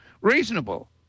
reasonable